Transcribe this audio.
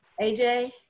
AJ